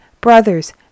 brothers